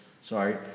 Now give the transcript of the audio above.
Sorry